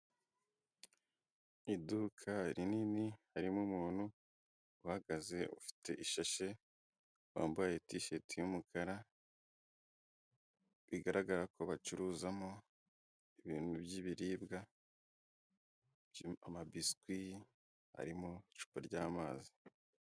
Iduka rinini harimo umuntu uhagaze ufite ishashe wambaye tisheti y'umukara bigaragara ko bacuruzamo ibintu by'ibiribwa birimo amabiswi ari mu icupa ry'amazi.